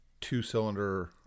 two-cylinder